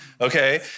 Okay